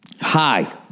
hi